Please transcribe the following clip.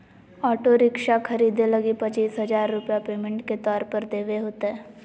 auto rickshaw खरीदे लगी पचीस हजार रूपया पेमेंट के तौर पर देवे होतय